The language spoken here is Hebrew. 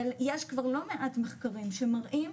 אבל יש כבר לא מעט מחקרים שמראים